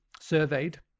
surveyed